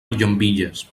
llambilles